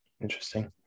Interesting